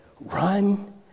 run